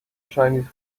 chinese